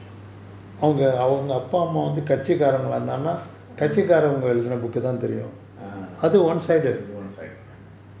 one sided